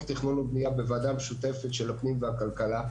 תכנון ובנייה בוועדה משותפת של הפנים והכלכלה.